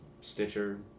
Stitcher